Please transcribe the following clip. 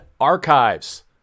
archives